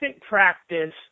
practice